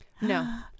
No